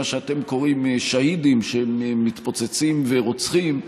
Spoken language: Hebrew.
שאתם קוראים שהידים שמתפוצצים ורוצחים,